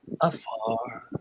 afar